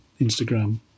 Instagram